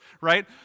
right